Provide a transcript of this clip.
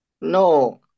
no